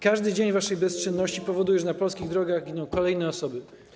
Każdy dzień waszej bezczynności powoduje, że na polskich drogach giną kolejne osoby.